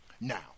Now